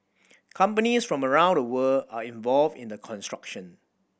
companies from around the world are involved in the construction